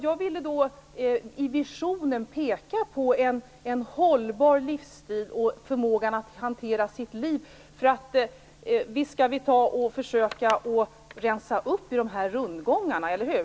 Jag ville i visionen peka på en hållbar livsstil och förmågan att hantera sitt liv. För visst skall vi väl försöka rensa upp i rundgången, eller hur?